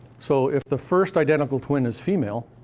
so if the first identical twin is female,